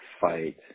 fight